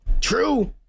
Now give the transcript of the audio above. True